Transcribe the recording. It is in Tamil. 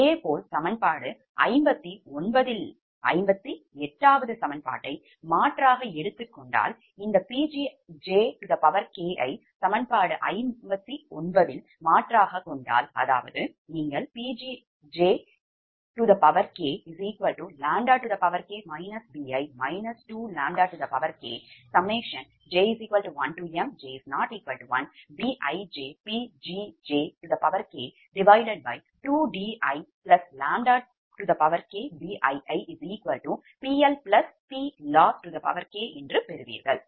இதேபோல் சமன்பாடு 59 இல் 58 வது சமன்பாட்டை மாற்றாக எடுத்துக் கொண்டால் இந்த Pgjk ஐ சமன்பாடு 59 இல் மாற்றாக கொண்டால் அதாவது நீங்கள் Pgjkʎk bi 2ʎkj1j≠1mBijPgjk2diʎkBiiPLPLossk என்று பெறுவீர்கள்